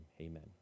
amen